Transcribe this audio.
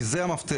כי זה המפתח.